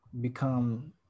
become